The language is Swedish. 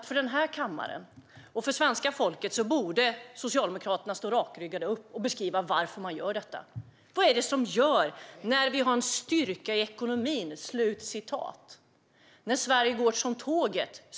För den här kammaren och för svenska folket borde dock Socialdemokraterna stå rakryggade och beskriva varför de gör detta. Vi har ju en styrka i ekonomin, säger de, och de talar om att Sverige går som tåget.